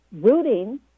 Rooting